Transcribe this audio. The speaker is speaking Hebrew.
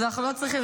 אז אנחנו לא צריכים,